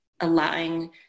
allowing